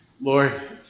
Lord